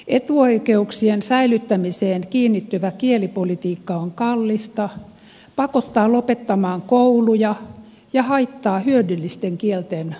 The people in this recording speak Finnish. etuoikeuksien säilyttämiseen kiinnittyvä kielipolitiikka on kallista pakottaa lopettamaan kouluja ja haittaa hyödyllisten kielten opettamista